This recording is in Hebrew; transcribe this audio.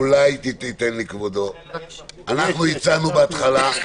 אנחנו הצענו בהתחלה,